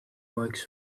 works